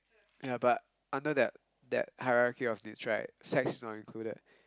ya but under that that hierarchy of needs right sex is not included